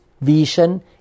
vision